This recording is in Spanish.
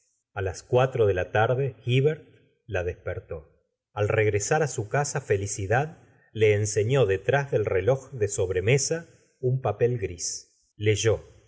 a las cuatro de la tarde hivert la despertó al regresar á su casa felicidad le enseñó detrás del reloj de sobremesa un papel gris leyó en